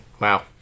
Wow